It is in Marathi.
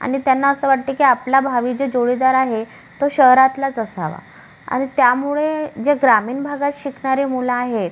आणि त्यांना असं वाटतं की आपला भावी जे जोडीदार आहे तो शहरातलाच असावा आणि त्यामुळे जे ग्रामीण भागात शिकणारे मुलं आहे